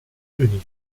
unie